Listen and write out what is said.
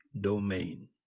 domain